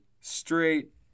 straight